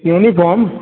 uniform